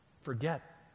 forget